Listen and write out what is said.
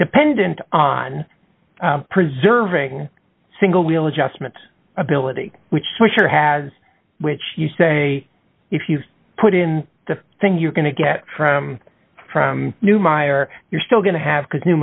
dependent on preserving single wheel adjustment ability which for sure has which you say if you put in the thing you're going to get from neumeier you're still going to have cause ne